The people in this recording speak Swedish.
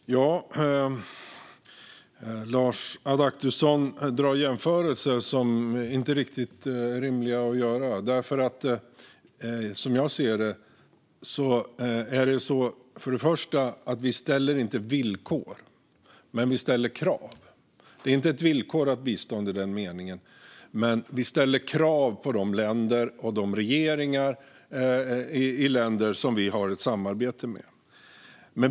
Fru talman! Lars Adaktusson gör jämförelser som inte är riktigt rimliga att göra. Först och främst: Som jag ser det ställer vi inte upp några villkor, men vi ställer krav. Det är inte ett villkorat bistånd i den meningen, men vi ställer krav på de länder - och på regeringarna i de länder - som vi har ett samarbete med.